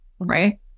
Right